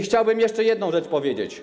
Chciałbym jeszcze jedną rzecz powiedzieć.